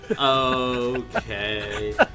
Okay